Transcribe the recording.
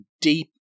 deep